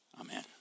Amen